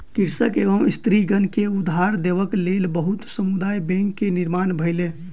कृषक एवं स्त्रीगण के उधार देबक लेल बहुत समुदाय बैंक के निर्माण भेलै